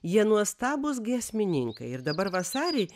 jie nuostabūs giesmininkai ir dabar vasarį